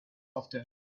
after